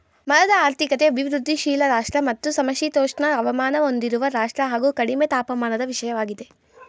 ಮರದ ಆರ್ಥಿಕತೆ ಅಭಿವೃದ್ಧಿಶೀಲ ರಾಷ್ಟ್ರ ಮತ್ತು ಸಮಶೀತೋಷ್ಣ ಹವಾಮಾನ ಹೊಂದಿರುವ ರಾಷ್ಟ್ರ ಹಾಗು ಕಡಿಮೆ ತಾಪಮಾನದ ವಿಷಯವಾಗಿದೆ